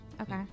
okay